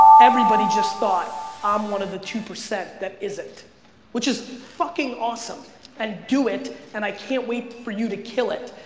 everybody just thought i'm one of the two percent that isn't which is awesome and do it and i can't wait for you two kill it.